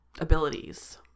abilities